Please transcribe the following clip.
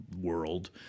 world